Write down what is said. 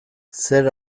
zer